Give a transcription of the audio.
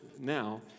now